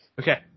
Okay